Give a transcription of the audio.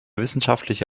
wissenschaftliche